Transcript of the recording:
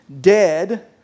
dead